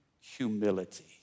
humility